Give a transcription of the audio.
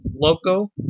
loco